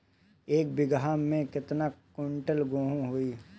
एक बीगहा में केतना कुंटल गेहूं होई?